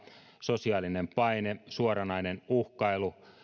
sosiaalinen paine suoranainen uhkailu